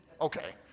okay